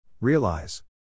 Realize